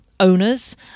owners